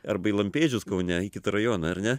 arba į lampėdžius kaune į kitą rajoną ar ne